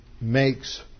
makes